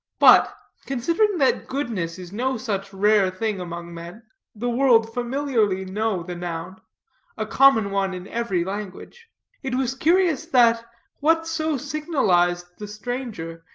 but, considering that goodness is no such rare thing among men the world familiarly know the noun a common one in every language it was curious that what so signalized the stranger,